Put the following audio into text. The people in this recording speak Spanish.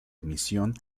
emisión